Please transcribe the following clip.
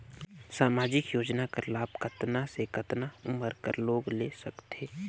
समाजिक योजना कर लाभ कतना से कतना उमर कर लोग ले सकथे?